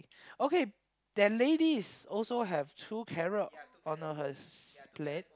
okay that lady is also have two carrot on uh hers plate